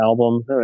album